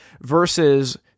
versus